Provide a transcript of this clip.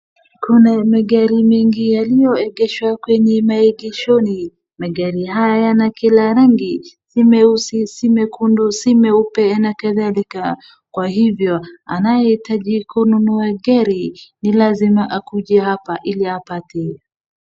Kuna magari mengi yaliyoegeshwa kwenye maegeshoni. Magari haya yana kila rangi, si meusi, si mekundu, si meupe na kadhalika. Kwa hivyo, anayehitaji kununua gari, ni lazima akuje hapa ili apate.